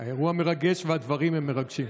האירוע מרגש והדברים מרגשים.